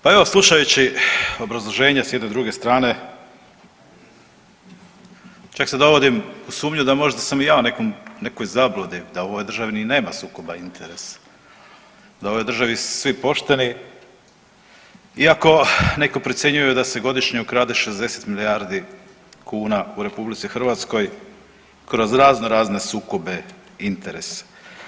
Pa evo slušajući obrazloženje s jedne i druge strane čak se dovodim u sumnju da možda sam i ja u nekoj zabludi da u ovoj državi ni nema sukoba interesa, da u ovoj državi su svi pošteni iako neko procjenjuje da se godišnje ukrade 60 milijardi kuna u RH kroz razno razne sukobe interesa.